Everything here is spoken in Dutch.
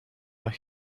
erg